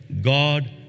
God